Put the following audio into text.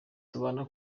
tubana